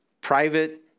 private